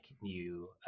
new